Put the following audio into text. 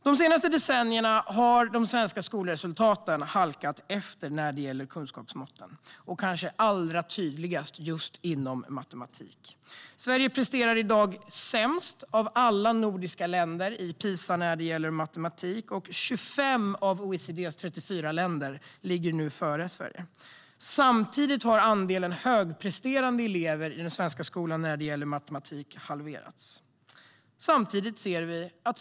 De senaste decennierna har de svenska skolresultaten halkat efter när det gäller kunskapsmåtten, och det är kanske allra tydligast inom just matematik. Sverige presterar i dag sämst av alla nordiska länder i PISA när det gäller matematik, och 25 av OECD:s 34 länder ligger nu före Sverige. Samtidigt har andelen högpresterande elever i matematik halverats i den svenska skolan.